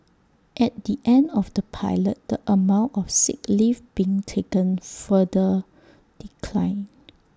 at the end of the pilot the amount of sick leave being taken further declined